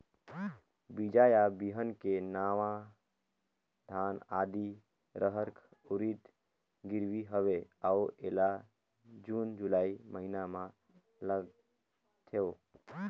बीजा या बिहान के नवा धान, आदी, रहर, उरीद गिरवी हवे अउ एला जून जुलाई महीना म लगाथेव?